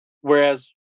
Whereas